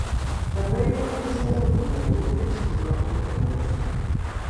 dabar jau jis nebebūna vienintelis kuriuo rūpinamasi